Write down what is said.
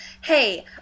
Hey